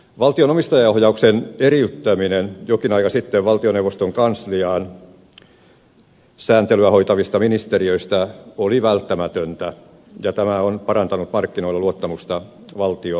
valtion omistajaohjauksen eriyttäminen jokin aika sitten valtioneuvoston kansliaan sääntelyä hoitavista ministeriöistä oli välttämätöntä ja tämä on parantanut markkinoilla luottamusta valtio omistajaan